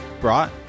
brought